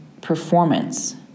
performance